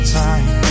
time